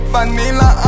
Vanilla